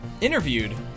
interviewed